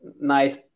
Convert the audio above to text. nice